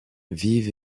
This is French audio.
vive